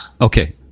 Okay